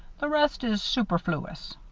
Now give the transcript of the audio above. the rest is superfloo-us.